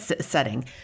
setting